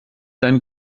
seinen